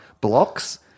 blocks